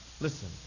Listen